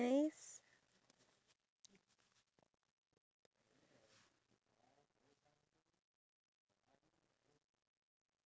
so there was actually this survey that was conducted by the N_T_U_C company and